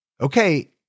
Okay